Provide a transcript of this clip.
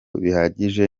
bihagije